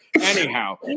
Anyhow